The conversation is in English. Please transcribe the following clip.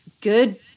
good